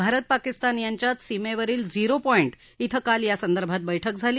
भारत पाकिस्तान यांच्यात सीमेवरील zero point श्विं काल यासंदर्भात बैठक झाली